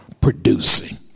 producing